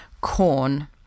corn